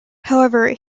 however